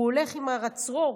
והוא הולך עם הצרור.